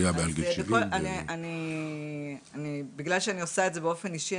היה מעל גיל 70. בגלל שני עושה את זה באופן אישי,